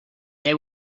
they